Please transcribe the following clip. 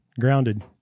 Grounded